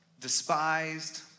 despised